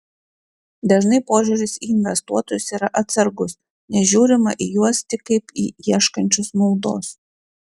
dažnai požiūris į investuotojus yra atsargus nes žiūrima į juos tik kaip į ieškančius naudos